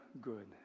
good